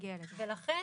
לכן